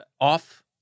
off